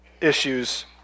issues